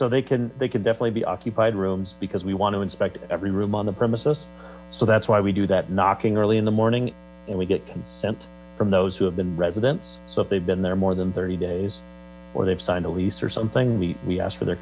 so they can they can definitely be occupied rooms because we want to inspect every room on the premises so that's why we do that knocking early in the morning and we get consent from those who residents so if they've been there more than thirty days or they've signed a lease or something we ask for their